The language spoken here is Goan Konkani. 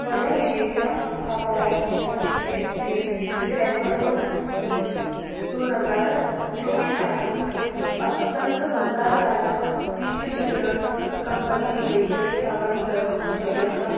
म्हज्या विजेच्या वापरांचें डुब्लिकेट बील डिसेंबर दोन दोन हजार चोवीस हातूंत अस्तंत बंगाल राज्य वीज वितरण कंपनी लिमिटेड सावन मेळवप शक्य आसा